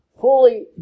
fully